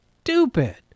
stupid